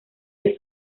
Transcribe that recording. que